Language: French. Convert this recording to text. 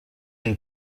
une